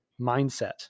mindset